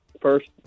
first